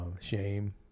shame